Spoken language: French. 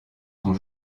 son